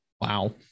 Wow